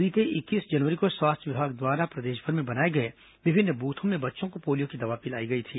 बीते इकतीस जनवरी को स्वास्थ्य विभाग द्वारा प्रदेशभर में बनाए गए विभिन्न बूथों में बच्चों को पोलियो की दवा पिलाई गई थी